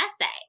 essay